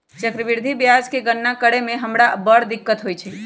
चक्रवृद्धि ब्याज के गणना करे में हमरा बड़ दिक्कत होइत रहै